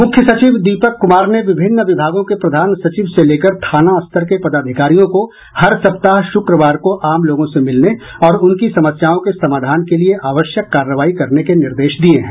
मूख्य सचिव दीपक कुमार ने विभिन्न विभागों के प्रधान सचिव से लेकर थाना स्तर के पदाधिकारियों को हर सप्ताह शुक्रवार को आम लोगों से मिलने और उनकी समस्याओं के समाधान के लिए आवश्यक कार्रवाई करने के निर्देश दिया है